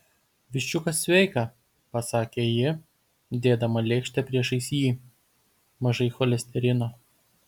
viščiukas sveika pasakė ji dėdama lėkštę priešais jį mažai cholesterino